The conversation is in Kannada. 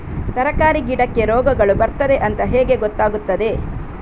ತರಕಾರಿ ಗಿಡಕ್ಕೆ ರೋಗಗಳು ಬರ್ತದೆ ಅಂತ ಹೇಗೆ ಗೊತ್ತಾಗುತ್ತದೆ?